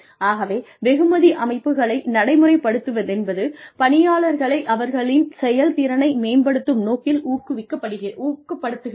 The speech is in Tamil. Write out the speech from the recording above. ஆகவே வெகுமதி அமைப்புகளை நடைமுறைப்படுத்துவதென்பது பணியாளர்களை அவர்களின் செயல்திறனை மேம்படுத்தும் நோக்கில் ஊக்கப்படுத்துகிறது